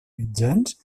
mitjans